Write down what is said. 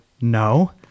no